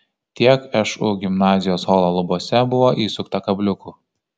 tiek šu gimnazijos holo lubose buvo įsukta kabliukų